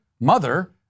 mother